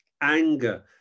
Anger